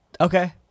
Okay